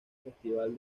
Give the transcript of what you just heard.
festival